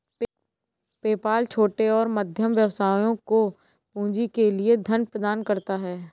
PayPal छोटे और मध्यम व्यवसायों को पूंजी के लिए धन प्रदान करता है